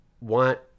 want